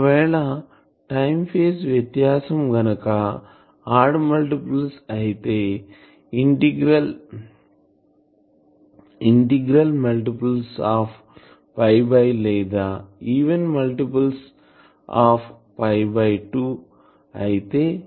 ఒకవేళ time phase వ్యత్యాసం గనుక ఆడ్ మల్టిపుల్స్ అయితే ఇంటెగ్రల్ మల్టిపుల్స్ ఆఫ్ పై లేదా ఈవెన్ మల్టిపుల్ ఆఫ్ 2 అయితే